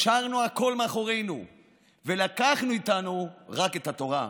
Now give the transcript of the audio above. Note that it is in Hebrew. השארנו הכול מאחורינו ולקחנו איתנו רק את התורה.